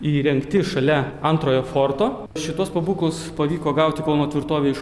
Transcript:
įrengti šalia antrojo forto šituos pabūklus pavyko gauti kauno tvirtovei iš